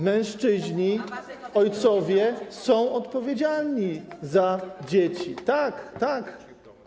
Mężczyźni, ojcowie są odpowiedzialni za dzieci, tak, tak.